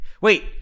Wait